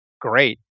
great